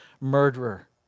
murderer